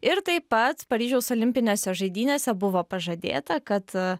ir taip pat paryžiaus olimpinėse žaidynėse buvo pažadėta kad